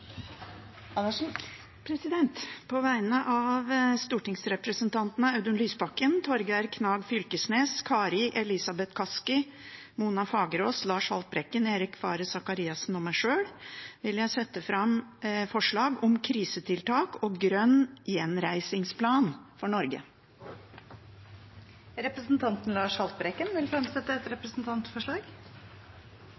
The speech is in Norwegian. På vegne av stortingsrepresentantene Audun Lysbakken, Torgeir Knag Fylkesnes, Kari Elisabeth Kaski, Mona Fagerås, Lars Haltbrekken, Eirik Faret Sakariassen og meg sjøl vil jeg sette fram forslag om krisetiltak og grønn gjenreisingsplan for Norge. Representanten Lars Haltbrekken vil fremsette et